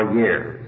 years